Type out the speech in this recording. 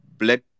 black